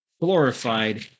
glorified